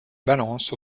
balance